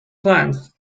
plans